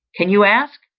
can you ask?